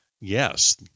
Yes